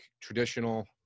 traditional